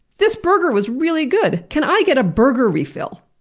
this burger was really good! can i get a burger refill?